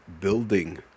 building